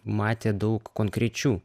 matė daug konkrečių